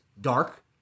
dark